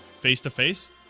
face-to-face